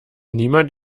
niemand